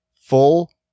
full